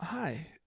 Hi